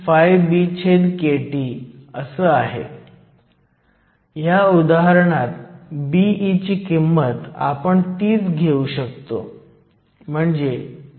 तर जर तुम्ही हे केले तर गुणोत्तर अंदाजे 100 असेल तर रिव्हर्स सॅच्युरेशन करंट 100 ने वाढेल जेव्हा आपण खोलीच्या तापमाना वरून 100°C वर जातो